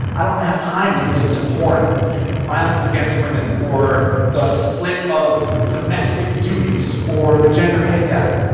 i don't have time to get into porn and violence against women or the split of domestic duties or the gender pay gap.